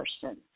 person